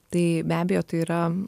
tai be abejo tai yra